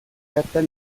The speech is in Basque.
hartan